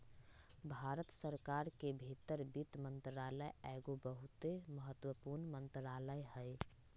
भारत सरकार के भीतर वित्त मंत्रालय एगो बहुते महत्वपूर्ण मंत्रालय हइ